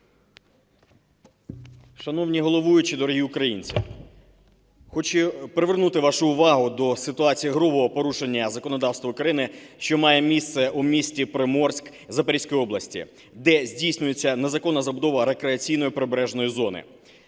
Шановні головуючі, дорогі українці, хочу привернути вашу увагу до ситуації грубого порушення законодавства України, що має місце у місті Приморськ Запорізької області, де здійснюється незаконна забудова рекреаційної прибережної зони.